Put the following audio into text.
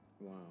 wow